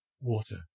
Water